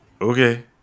Okay